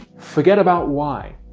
forget about why.